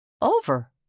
Over